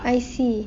I_C